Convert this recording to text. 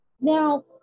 Now